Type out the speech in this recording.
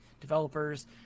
developers